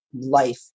life